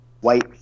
white